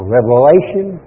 Revelation